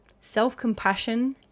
Self-compassion